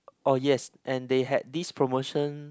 oh yes and they had this promotion